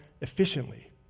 efficiently